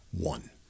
One